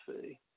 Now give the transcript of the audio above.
see